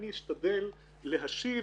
אני אשתדל להשיב,